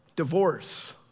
Divorce